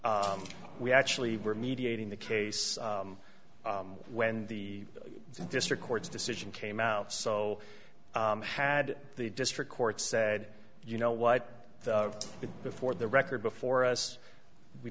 we actually were mediating the case when the district court's decision came out so had the district court said you know what it before the record before us we